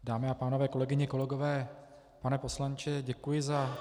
Dámy a pánové, kolegyně a kolegové, pane poslanče, děkuji za dotaz.